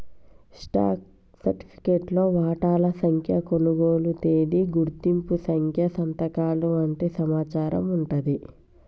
stock సర్టిఫికేట్లో వాటాల సంఖ్య, కొనుగోలు తేదీ, గుర్తింపు సంఖ్య సంతకాలు వంటి సమాచారం వుంటాంది